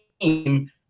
team